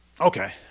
Okay